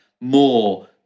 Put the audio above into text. more